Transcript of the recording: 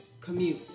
commute